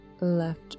Left